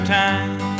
time